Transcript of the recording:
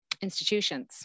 institutions